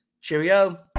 Cheerio